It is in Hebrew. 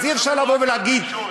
אז אי-אפשר לבוא ולהגיד, התקשורת.